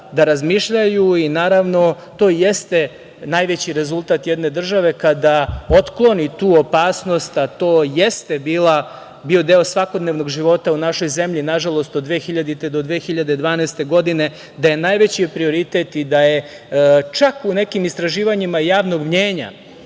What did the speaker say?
da razmišljaju i, naravno, to jeste najveći rezultat jedne države kada otkloni tu opasnost, a to jeste bio deo svakodnevnog života u našoj zemlji. Nažalost, od 2000. do 2012. godine najveći prioritet i u nekim istraživanjima javnog mnjenja